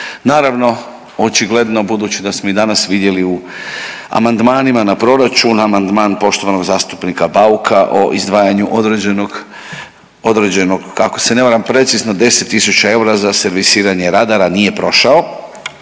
Naravno očigledno budući da smo i danas vidjeli u amandmanima na proračun amandman poštovanog zastupnika Bauka o izdvajanju određenog, određenog, ako se ne varam precizno 10 tisuća eura za servisiranje radara, nije prošao,